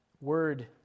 word